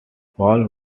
paul